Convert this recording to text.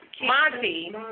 Monty